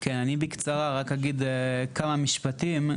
כן, אני בקצרה רק אגיד כמה משפטים.